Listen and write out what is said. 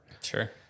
Sure